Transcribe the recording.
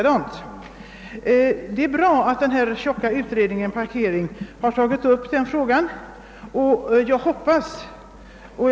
Det är bra att parkeringskommittén har tagit upp frågan i sitt tjocka betänkande.